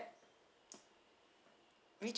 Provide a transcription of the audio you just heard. which